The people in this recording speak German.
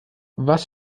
was